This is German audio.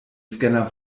scanner